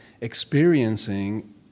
experiencing